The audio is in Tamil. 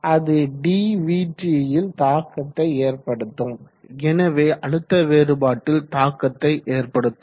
அது dvt ல் தாக்கத்தை ஏற்படுத்தும் எனவே அழுத்த வேறுபாட்டில் தாக்கத்தை ஏற்படுத்தும்